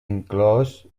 inclòs